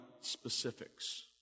specifics